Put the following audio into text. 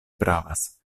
pravas